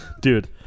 Dude